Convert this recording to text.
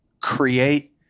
create